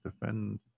Defend